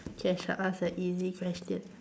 K I shall ask the easy question